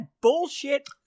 bullshit